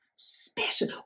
Special